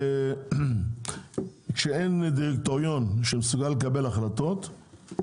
כשאין דירקטוריון שמסוגל לקבל החלטות,